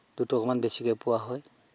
অকণমান বেছিকৈ পোৱা হয়